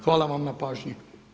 Hvala vam na pažnji.